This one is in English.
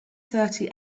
thirty